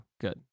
good